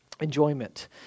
enjoyment